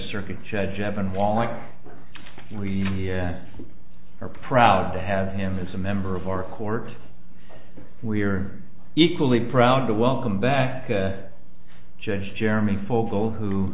circuit judge evan wallach we are proud to have him as a member of our court we're equally proud to welcome back judge jeremy focal who